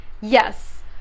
yes